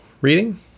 reading